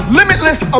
limitless